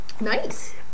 Nice